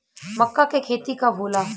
मक्का के खेती कब होला?